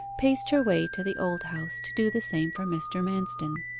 paced her way to the old house to do the same for mr. manston.